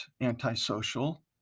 antisocial